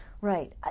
Right